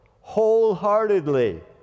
Wholeheartedly